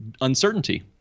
uncertainty